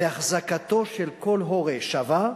בהחזקתו של כל הורה שווה,